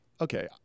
okay